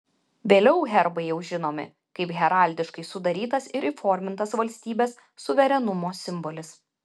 vėliau herbai jau žinomi kaip heraldiškai sudarytas ir įformintas valstybės suverenumo simbolis